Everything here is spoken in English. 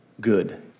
good